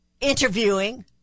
interviewing